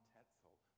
Tetzel